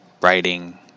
writing